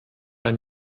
ein